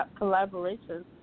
collaborations